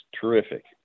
terrific